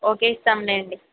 okay ఇస్తాంలేండి